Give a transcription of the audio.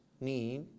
Need